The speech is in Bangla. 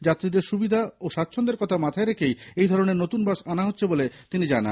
যাত্রীদের সুবিধা ও স্বাচ্ছন্দ্যের কথা মাথায় রেখে এই ধরনের নতুন বাস আনা হচ্ছে বলে তিনি জানান